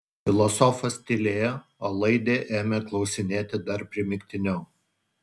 filosofas tylėjo o laidė ėmė klausinėti dar primygtiniau